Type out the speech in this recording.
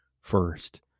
first